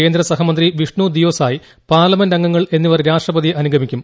കേന്ദ്ര സഹമന്ത്രി വിഷ്ണു ദിയോ സായ് പാർലമെന്റ് അംഗങ്ങൾ എന്നിവർ രാഷ്ട്രപതിയെ അനുഗമിക്കും